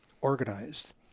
organized